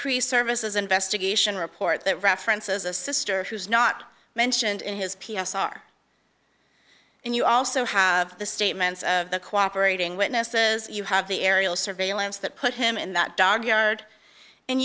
pre service as investigation report that references a sister who's not mentioned in his p s r and you also have the statements of the cooperating witnesses you have the aerial surveillance that put him in that dog yard and